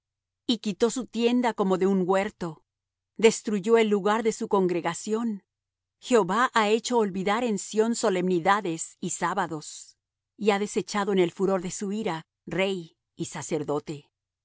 y quitó su tienda como de un huerto destruyó el lugar de su congregación jehová ha hecho olvidar en sión solemnidades y sábados y ha desechado en el furor de su ira rey y sacerdote